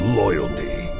loyalty